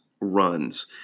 runs